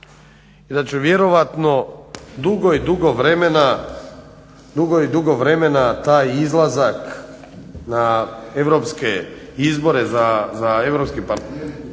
i da ću vjerojatno dugo i dugo vremena taj izlazak na europske izbore za EU parlament.